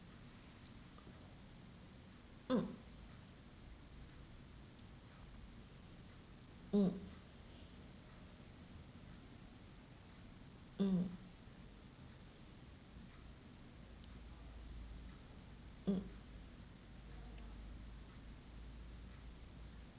mm mm mm mm